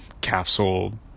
capsule